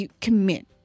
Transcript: commit